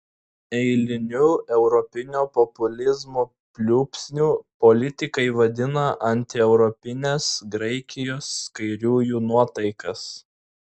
eiliniu europinio populizmo pliūpsniu politikai vadina antieuropines graikijos kairiųjų nuotaikas